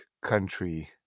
country